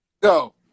go